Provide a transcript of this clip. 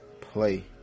play